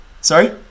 Sorry